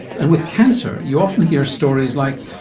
and with cancer you often hear stories like,